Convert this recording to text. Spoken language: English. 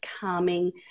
calming